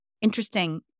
interesting